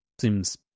Seems